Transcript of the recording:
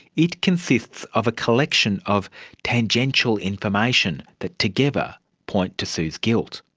it consists of a collection of tangential information that together point to sue's guilt.